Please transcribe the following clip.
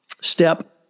step